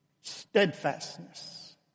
steadfastness